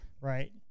right